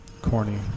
corny